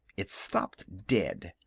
it stopped dead.